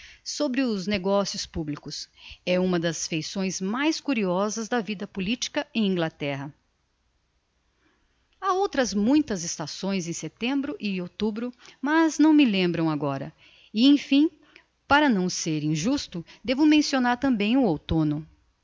sobre os negocios publicos é uma das feições mais curiosas da vida politica em inglaterra ha outras muitas estações em setembro e outubro mas não me lembram agora e emfim para não ser injusto devo mencionar tambem o outomno